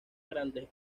grandes